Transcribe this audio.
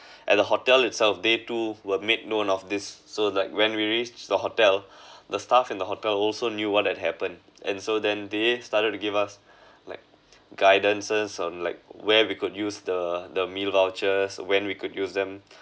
at the hotel itself they too were made known of this so like when we reached the hotel the staff in the hotel also knew what had happened and so then they started to give us like guidances on like where we could use the the meal vouchers when we could use them